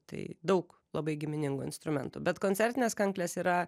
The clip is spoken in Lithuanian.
tai daug labai giminingų instrumentų bet koncertinės kanklės yra